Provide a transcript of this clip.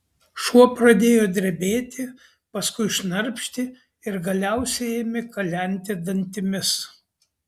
šuo pradėjo drebėti paskui šnarpšti ir galiausiai ėmė kalenti dantimis